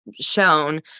Shown